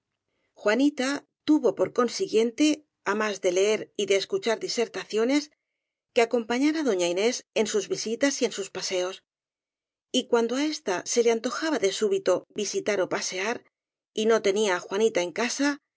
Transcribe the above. juanita tuvo por consi guiente á más de leer y de escuchar disertaciones que acompañar á doña inés en sus visitas y en sus paseos y cuando á ésta se le antojaba de súbito visitar ó pasear y no tenía á juanita en casa